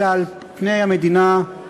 אלא על פני המדינה כולה,